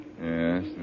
Yes